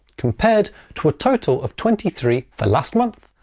compared to a total of twenty three for last month,